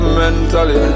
mentally